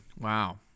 Wow